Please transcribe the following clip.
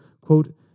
Quote